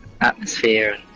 atmosphere